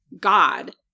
God